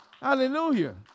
Hallelujah